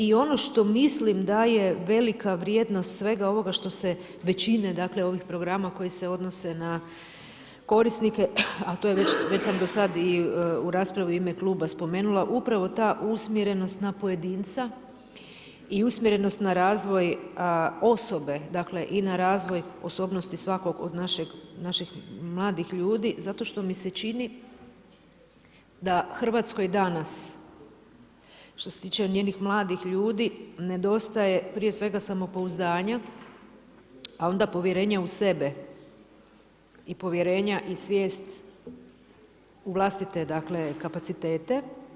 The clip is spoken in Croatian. I ono što mislim da je velika vrijednost svega ovoga što se većine ovih programa koji se odnose na korisnike, a to sam već do sada u raspravi u ime kluba spomenula, upravo ta usmjerenost na pojedinca i usmjerenost na razvoj osobe i na razvoj osobnosti svakog od naših mladih ljudi zato što mi se čini da Hrvatskoj danas što se tiče njenih mladih ljudi nedostaje prije svega samopouzdanja, a onda povjerenja u sebe i povjerenja i svijest u vlastite kapacitete.